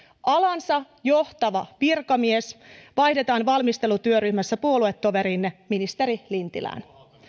alansa johtava virkamies vaihdetaan valmistelutyöryhmässä puoluetoveriinne ministeri lintilään